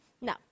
no